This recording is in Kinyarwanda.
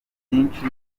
byinshi